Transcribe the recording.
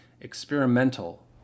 experimental